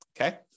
okay